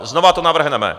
Znovu to navrhneme!